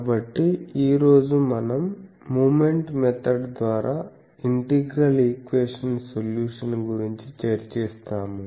కాబట్టి ఈ రోజు మనం మొమెంట్ మెథడ్ ద్వారా ఇంటిగ్రల్ ఈక్వేషన్ సొల్యూషన్ గురించి చర్చిస్తాము